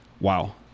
wow